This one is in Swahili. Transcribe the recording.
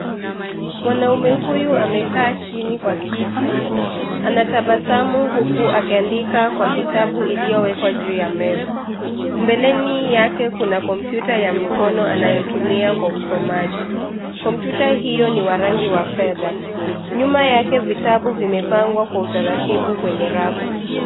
Mwanaume huyu amekaa chini kwa kiti, anatabasamu huku akiandika kwa kitabu iliyowekwa juu ya meza. Mbeleni yake kuna kompyuta ya mkono anayotumia kwa usomaji. Kompyuta hiyo ni wa rangi wa fedha. Nyuma yake vitabu vimepangwa kwa utaratibu kwenye rafu.